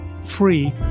free